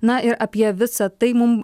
na ir apie visa tai mum